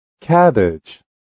Cabbage